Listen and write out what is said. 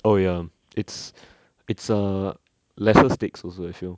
[oh]ya it's it's uh lesser stakes also I feel